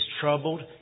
troubled